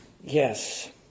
Yes